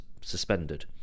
suspended